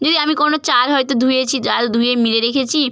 যদি আমি কোনো চাল হয়তো ধুয়েছি চাল ধুয়ে মেলে রেখেছি